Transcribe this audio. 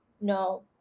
no